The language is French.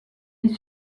est